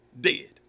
dead